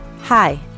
Hi